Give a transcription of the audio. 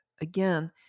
Again